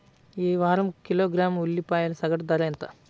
ఈ వారం కిలోగ్రాము ఉల్లిపాయల సగటు ధర ఎంత?